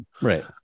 Right